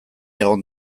egon